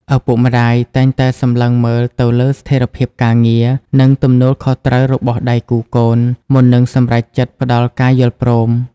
ឪពុកម្ដាយតែងតែសម្លឹងមើលទៅលើស្ថិរភាពការងារ និងទំនួលខុសត្រូវរបស់ដៃគូកូន មុននឹងសម្រេចចិត្តផ្ដល់ការយល់ព្រម។